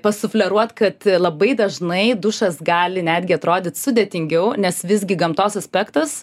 pasufleruot kad labai dažnai dušas gali netgi atrodyt sudėtingiau nes visgi gamtos aspektas